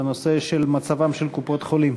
בנושא: מצבן של קופות-החולים.